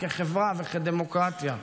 כחברה וכדמוקרטיה,